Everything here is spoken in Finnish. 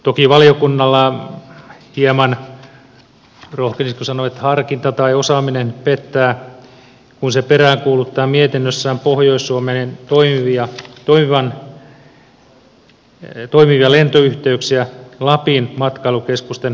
toki valiokunnalla hieman rohkenisiko sanoa harkinta tai osaaminen pettää kun se peräänkuuluttaa mietinnössään pohjois suomeen toimivia lentoyhteyksiä lapin matkailukeskusten palvelemiseksi